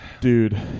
Dude